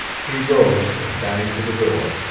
he rose and banged to the door.